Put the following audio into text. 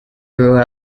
grew